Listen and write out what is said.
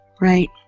Right